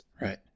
Right